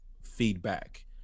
feedback